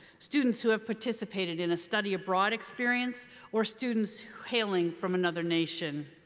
students who have participated in a study abroad experience or students hailing from another nation.